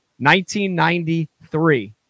1993